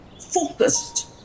focused